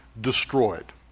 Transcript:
destroyed